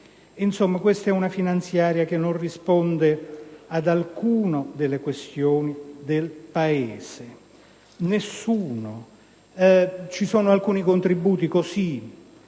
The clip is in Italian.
Insomma, questa finanziaria non risponde ad alcuna delle questioni del Paese. Ci sono alcuni contributi dati